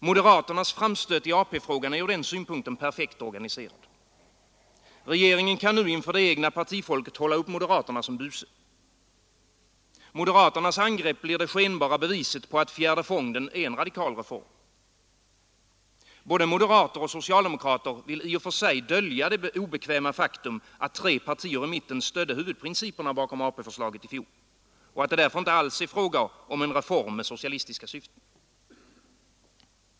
Moderaternas framstöt i AP-frågan är från den synpunkten perfekt organiserad. Regeringen kan nu inför det egna partifolket hålla upp moderaterna som buse. Moderaternas angrepp blir det skenbara beviset för att fjärde fonden är en radikal reform. Både moderater och socialdemokrater vill i och för sig dölja det obekväma faktum att tre partier i mitten stödde huvudprinciperna bakom AP-förslaget i fjol och att det därför inte alls är fråga om en reform med socialistiska syften.